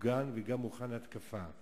מוגן וגם מוכן להתקפה.